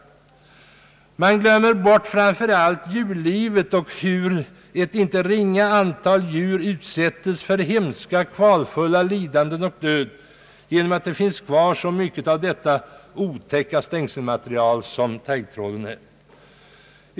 Framför allt glömmer utskottet bort djurlivet och det förhållandet att ett inte ringa antal djur utsättes för kvalfulla lidanden och dör på grund av att det finns kvar så mycket av det otäcka stängselmaterial som taggtråden är.